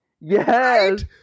Yes